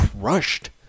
crushed